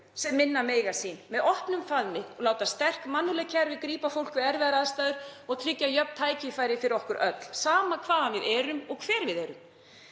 sem minna mega sín með opnum faðmi, láta sterk mannúðleg kerfi grípa fólk við erfiðar aðstæður og tryggja jöfn tækifæri fyrir okkur öll, sama hvaðan við erum og hver við erum.